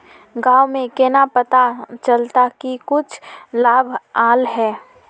गाँव में केना पता चलता की कुछ लाभ आल है?